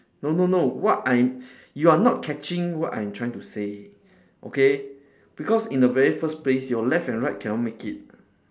no no no what I you are not catching what I'm trying to say okay because in the very first place your left and right cannot make it